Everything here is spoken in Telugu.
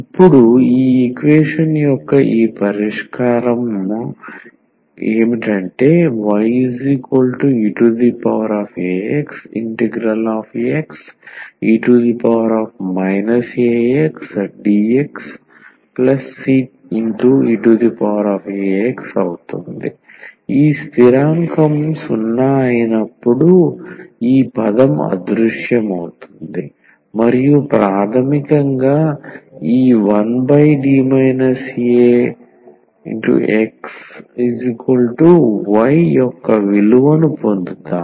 ఇప్పుడు ఈ ఈక్వేషన్ యొక్క ఈ పరిష్కారం కాబట్టి ⟹yeaxXe axdxCeax ఈ స్థిరాంకం 0 అయినప్పుడు ఈ పదం అదృశ్యమవుతుంది మరియు ప్రాథమికంగా ఈ 1D aXy యొక్క విలువను పొందుతాము